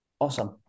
Awesome